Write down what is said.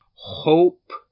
hope